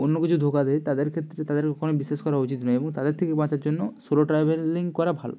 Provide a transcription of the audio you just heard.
অন্য কিছু ধোঁকা দেয় তাদের ক্ষেত্রে তাদের কখনোই বিশ্বাস করা উচিত নয় এবং তাদের থেকে বাঁচার জন্য সোলো ট্রাভেলিং করা ভালো